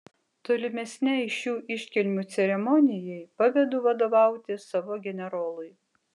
tolimesnei šių iškilmių ceremonijai pavedu vadovauti savo generolui